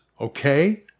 okay